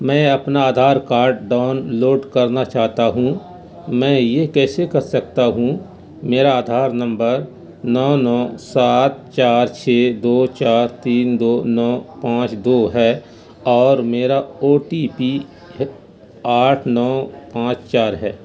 میں اپنا Aadhaar card download کرنا چاہتا ہوں میں یہ کیسے کر سکتا ہوں میرا آدھار نمبر نو نو سات چار چھ دو چار تین دو نو پانچ دو ہے اور میرا او ٹی پی آٹھ نو پانچ چار ہے